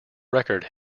record